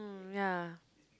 mm ya